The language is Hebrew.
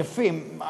יפים,